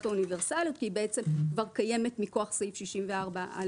האוניברסליות כי היא בעצם כבר קיימת מכוח סעיף 64(א)(ג).